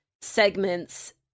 segments